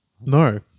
No